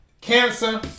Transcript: Cancer